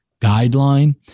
guideline